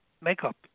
makeup